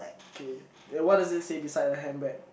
K and what does it say beside the handbag